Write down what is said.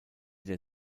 der